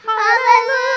hallelujah